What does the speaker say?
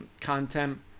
content